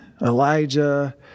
Elijah